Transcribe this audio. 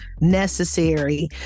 necessary